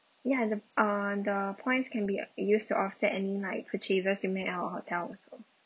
ya the uh the points can be used to offset any like purchases you make at our hotel also